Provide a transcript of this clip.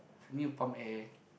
need to pump air